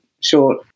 short